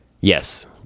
yes